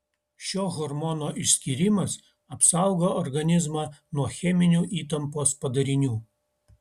šio hormono išskyrimas apsaugo organizmą nuo cheminių įtampos padarinių